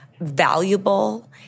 valuable